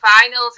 finals